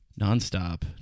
nonstop